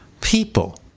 people